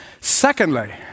Secondly